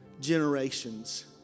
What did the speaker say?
Generations